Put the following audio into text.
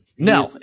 No